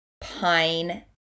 pine